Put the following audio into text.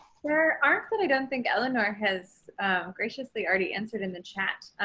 or artfully done think eleanor has graciously already answered in the chat.